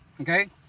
Okay